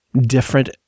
different